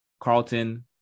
Carlton